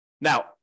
Now